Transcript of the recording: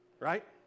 Right